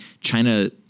China